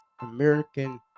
american